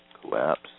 Collapse